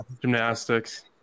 gymnastics